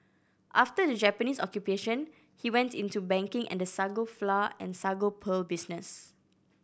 after the Japanese Occupation he went into banking and the sago flour and sago pearl business